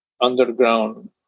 underground